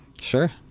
Sure